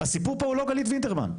הסיפור פה הוא לא גלית וידרמן.